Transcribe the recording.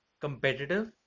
competitive